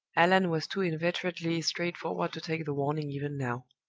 allan was too inveterately straightforward to take the warning even now.